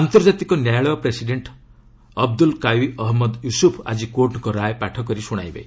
ଆନ୍ତର୍ଜାତିକ ନ୍ୟାୟାଳୟ president Abdulqawi Ahmed Yusuf ଆକି କୋର୍ଟଙ୍କ ରାୟ ପାଠକରି ଶୁଶାଇବେ